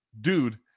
dude